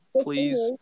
Please